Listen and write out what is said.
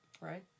Right